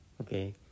okay